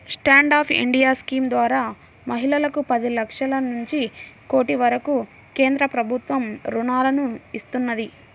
stand up India scheme ద్వారా మహిళలకు పది లక్షల నుంచి కోటి వరకు కేంద్ర ప్రభుత్వం రుణాలను ఇస్తున్నది